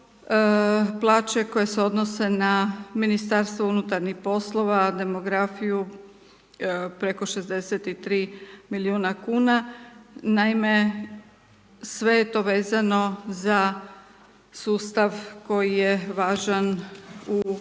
plaće koje se odnose na Ministarstvo unutarnjih poslova, demografiju, preko 63 milijuna kn. Naime sve je to vezano za sustav koji je važan u